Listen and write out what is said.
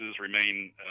remain –